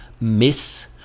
miss